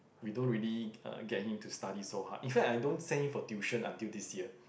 we don't really uh get him to study so hard in fact I don't send him for tuition until this year